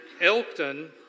Elkton